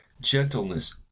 gentleness